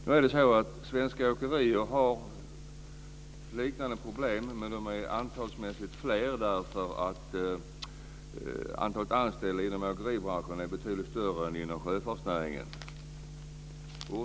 Nu är det så att svenska åkerier har liknande problem, men de är antalsmässigt fler. Antalet anställda inom åkeribranschen är betydligt större än antalet anställda inom sjöfartsnäringen.